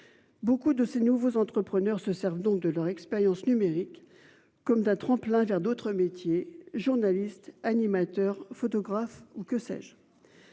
Beaucoup de ces nouveaux entrepreneurs se Servent donc de leur expérience numérique. Comme d'un tremplin vers d'autres métiers journaliste animateur photographes ou que sais-je.